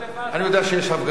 אני יודע שיש הפגזות.